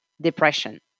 Depression